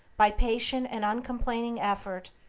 by patient and uncomplaining effort,